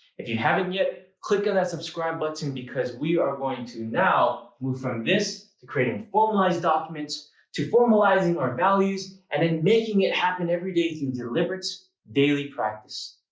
if you haven't yet, click on that subscribe button because we are going to now move from this to creating a formalized documents to formalizing our values and then making it happen every day through deliberate, daily practice.